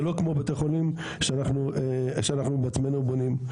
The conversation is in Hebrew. זה לא כמו בתי חולים שאנחנו בעצמנו בונים.